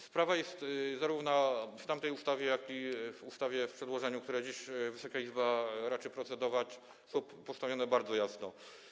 Sprawa jest zarówno w tamtej ustawie, jak i w tej ustawie w przedłożeniu, nad którym dziś Wysoka Izba raczy procedować, postawiona bardzo jasno.